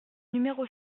numéro